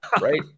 right